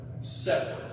Separate